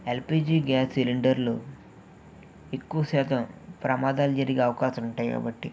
LPG gas సిలిండర్లు ఎక్కువ శాతం ప్రమాదాలు జరిగే అవకాశం ఉంటాయి కాబట్టి